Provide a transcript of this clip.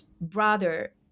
brother